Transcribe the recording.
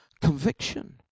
conviction